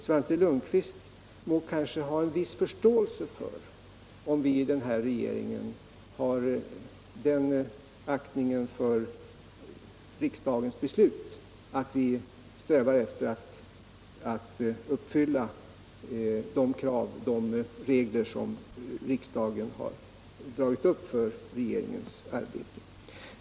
Svante Lundkvist bör ha en viss förståelse för att vi i den här regeringen har den aktningen för riksdagens beslut att vi strävar efter att uppfylla de regler som riksdagen fastställt för regeringens arbete.